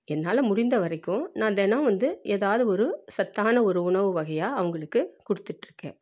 என்னால் முடிந்தவரைக்கும் நான் தினம் வந்து ஏதாவது ஒரு சத்தான ஒரு உணவு வகையாக அவங்களுக்கு கொடுத்துட்ருக்கேன்